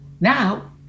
Now